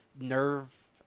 nerve